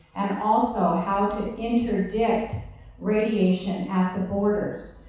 and and also how to interdict radiation at the borders.